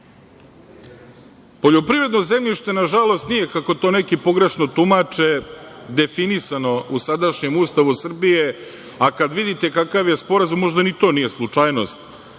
način. Poljoprivredno zemljište nažalost nije, kako to neki pogrešno tumače, definisano u sadašnjem Ustavu Srbije, a kada vidite kakav je sporazum, možda ni to nije slučajnost,